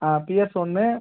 ஆ Pears ஒன்று